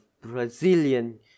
Brazilian